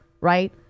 right